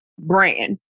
brand